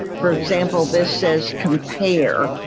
for example this says compare,